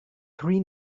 three